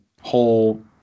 whole